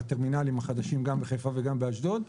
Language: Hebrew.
הטרמינלים החדשים גם בחיפה וגם באשדוד.